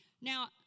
now